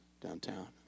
downtown